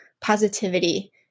positivity